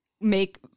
make